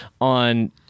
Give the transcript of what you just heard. On